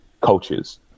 coaches